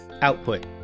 output